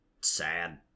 sad